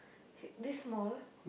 hey this small